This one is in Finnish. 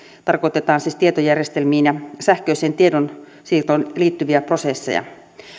tarkoitetaan siis tietojärjestelmiin ja sähköiseen tiedonsiirtoon liittyviä prosesseja